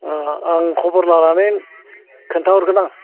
ओ आं खबर लानानै खोनथाहरगोन आं